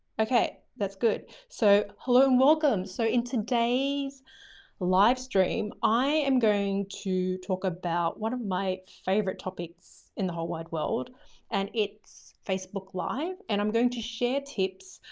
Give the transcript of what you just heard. okay. that's good. so hello and welcome. so in today's live stream, i am going to talk about one of my favourite topics in the whole wide world and it's facebook live. and i'm going to share tips,